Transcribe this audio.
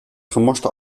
gemorste